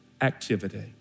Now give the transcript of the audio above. activity